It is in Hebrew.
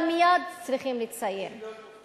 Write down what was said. אבל מייד צריכים לציין,